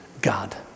God